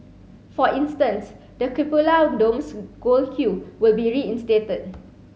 for instance the cupola dome's gold hue will be reinstated